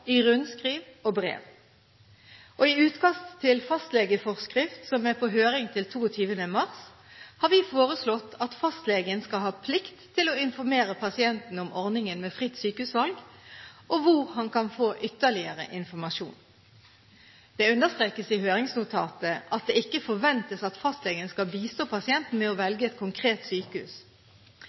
i rundskriv og brev. I utkast til fastlegeforskrift, som er på høring til 22. mars, har vi foreslått at fastlegen skal ha plikt til å informere pasienten om ordningen med fritt sykehusvalg og hvor han kan få ytterligere informasjon. Det understrekes i høringsnotatet at det ikke forventes at fastlegen skal bistå pasienten med å velge et konkret sykehus.